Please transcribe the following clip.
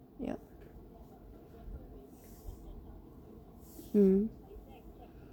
yup mm